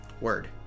Word